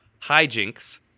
hijinks